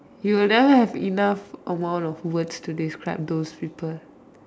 you will never have enough amount of words to describe those people